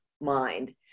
mind